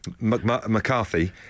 McCarthy